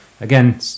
Again